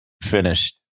finished